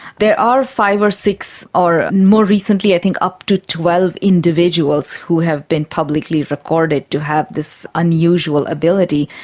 there are five or six or more recently i think up to twelve individuals who have been publicly recorded to have this unusual ability.